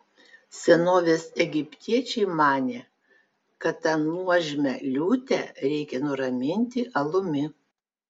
senovės egiptiečiai manė kad tą nuožmią liūtę reikia nuraminti alumi